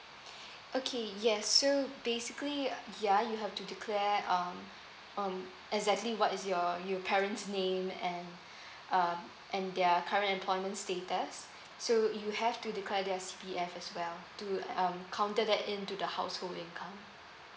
okay yes so basically ya you have to declare uh um exactly what is your your parents' name and uh and their current employment status so you have to declare their C_P_F as well to um counter that in to the household income